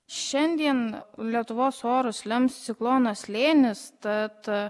šiandien lietuvos orus lems ciklono slėnis tad